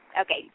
Okay